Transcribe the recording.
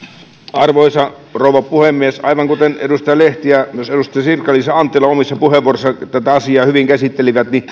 arvoisa rouva puhemies aivan kuten edustaja lehti ja myös edustaja sirkka liisa anttila omissa puheenvuoroissaan tätä asiaa hyvin käsittelivät niin